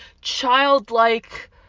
childlike